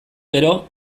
gero